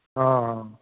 ਹਾਂ